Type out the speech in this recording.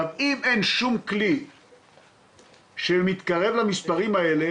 אם אין שום כלי שמתקרב למספרים האלה